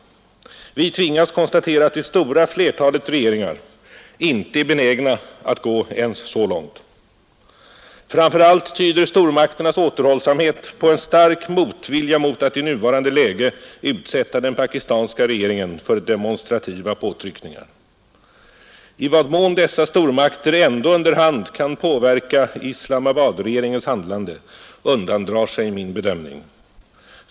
Vi tvingas konstatera att det stora flertalet regeringar inte är benägna att gå ens så långt. Framför allt tyder stormakternas återhållsamhet på en stark motvilja mot att i nuvarande läge utsätta den pakistanska regeringen för demonstrativa påtryckningar. I vad mån dessa stormakter ändå under hand kan påverka Islamabadregeringens handlande undandrar sig min bedömning.